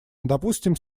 допустим